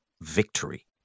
Victory